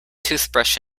toothbrush